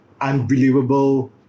unbelievable